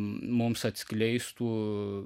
mums atskleistų